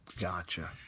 Gotcha